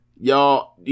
Y'all